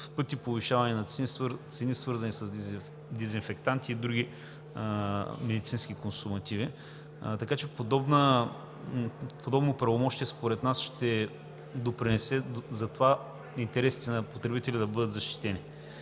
в пъти повишаване на цените, свързани с дезинфектанти и други медицински консумативи. Подобно правомощие според нас ще допринесе за това интересите на потребителя да бъдат защитени.